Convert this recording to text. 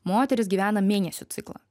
moteris gyvena mėnesio ciklą